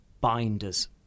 binders